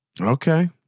Okay